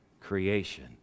creation